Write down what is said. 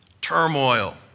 turmoil